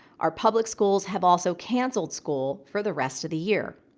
our public schools have also canceled school for the rest of the year.